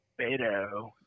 Beto